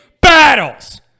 battles